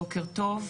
בוקר טוב,